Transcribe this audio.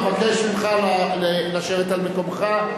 אבקש ממך לשבת על מקומך,